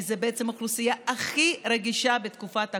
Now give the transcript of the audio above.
כי זו בעצם האוכלוסייה הכי רגישה בתקופת הקורונה.